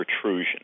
protrusion